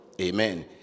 Amen